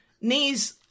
knees